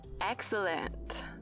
Excellent